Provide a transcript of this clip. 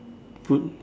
put